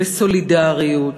וסולידריות,